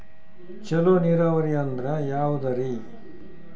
ಚಲೋ ನೀರಾವರಿ ಅಂದ್ರ ಯಾವದದರಿ?